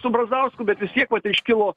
su brazausku bet vis tiek vat iškilo